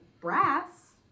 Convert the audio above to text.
brass